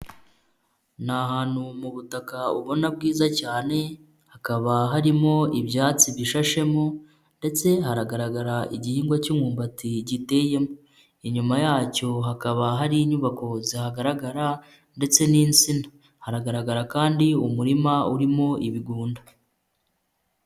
Ni ahantu mu butaka ubona bwiza cyane, hakaba harimo ibyatsi bishashemo ndetse haranagaragara igihingwa cy'umumbati giteyemo, inyuma yacyo hakaba hari inyubako zihagaragara ndetse n'insina, haragaragara kandi umurima urimo ibigunda.